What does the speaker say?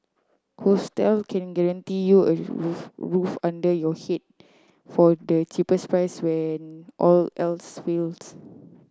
hostel can guarantee you a roof under your head for the cheapest price when all else